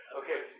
okay